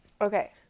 Okay